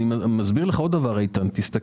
איתן, אני מסביר לך עוד דבר: תסתכל,